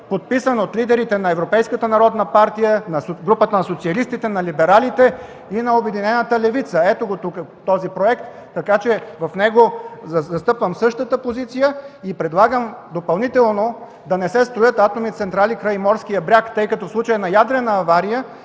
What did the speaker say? подписан от лидерите на Европейската народна партия, от групата на социалистите, на либералите и на Обединената левица. Ето го тук този проект (показва документа), в него застъпвам същата позиция и допълнително предлагам да не се строят атомни централи край морския бряг, тъй като в случай на ядрена авария,